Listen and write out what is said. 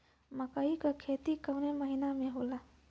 मकई क खेती कवने महीना में होला?